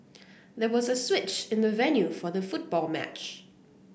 there was a switch in the venue for the football match